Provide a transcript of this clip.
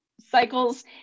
cycles